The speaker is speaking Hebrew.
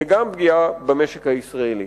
וגם פגיעה במשק הישראלי.